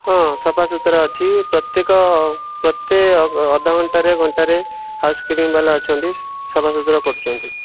ହଁ ସଫା ସୁତୁରା ଅଛି ପ୍ରତ୍ୟକ ପ୍ରତି ଅଧ ଘଣ୍ଟାରେ ଘଣ୍ଟାରେ ହାଉସ୍ କ୍ଲିନିଂବାଲା ଅଛନ୍ତି ସଫା ସୁତୁରା କରୁଛନ୍ତି